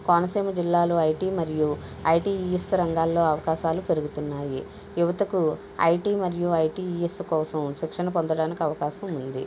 కోనసీమ జిల్లాలో ఐటీ మరియు ఐటీఈఎస్ రంగాల్లో అవకాశాలు పెరుగుతున్నాయి యువతకు ఐటి మరియు ఐటీఈఎస్ కోసం శిక్షణ పొందడానికి అవకాశం ఉంది